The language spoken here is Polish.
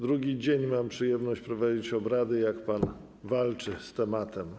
Drugi dzień mam przyjemność prowadzić obrady, kiedy pan walczy z tematem.